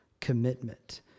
Commitment